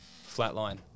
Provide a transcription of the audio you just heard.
Flatline